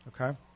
Okay